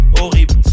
horrible